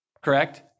correct